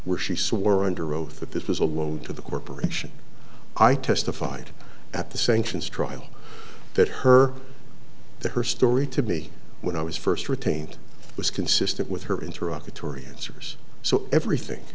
where she swore under oath that this was a loan to the corporation i testified at the sanctions trial that her to her story to me when i was first retained was consistent with her interrupted tory answers so everything